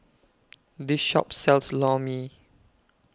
This Shop sells Lor Mee